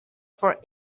for